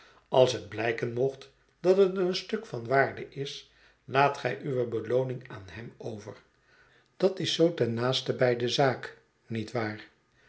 als het blijken mocht dat het een stuk van waarde is laat gij uwe belooning aan hem over dat is zoo ten naastenbij de zaak niet waar